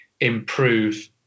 improve